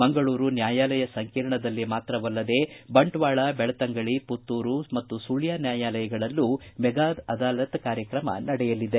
ಮಂಗಳೂರು ನ್ಕಾಯಾಲಯ ಸಂಕೀರ್ಣದಲ್ಲಿ ಮಾತ್ರವಲ್ಲದೆ ಬಂಟ್ವಾಳ ಬೆಳ್ತಂಗಡಿ ಪುತ್ತೂರು ಮತ್ತು ಸುಳ್ಯ ನ್ನಾಯಾಲಯಗಳಲ್ಲೂ ಮೆಗಾ ಅದಾಲತ್ ಕಾರ್ಯಕ್ರಮ ನಡೆಯಲಿದೆ